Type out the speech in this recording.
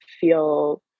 feel